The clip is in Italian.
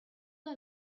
una